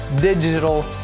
digital